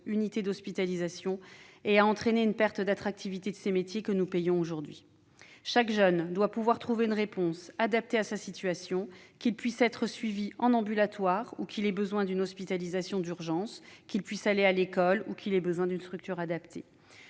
unités d'hospitalisation et a entraîné une perte d'attractivité de ces métiers, que nous payons aujourd'hui. Chaque jeune doit pouvoir trouver une réponse adaptée à sa situation, qu'il puisse être suivi en ambulatoire ou qu'il ait besoin d'une hospitalisation d'urgence, qu'il puisse aller à l'école ou qu'il ait besoin d'une structure adaptée.